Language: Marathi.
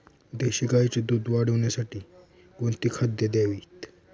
देशी गाईचे दूध वाढवण्यासाठी कोणती खाद्ये द्यावीत?